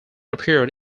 appeared